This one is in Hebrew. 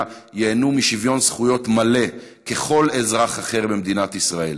ייהנו משוויון זכויות מלא ככל אזרח אחר במדינת ישראל,